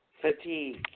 fatigue